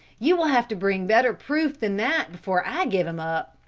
you will have to bring better proof than that before i give him up.